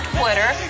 Twitter